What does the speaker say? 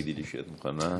תגידי לי כשאת מוכנה.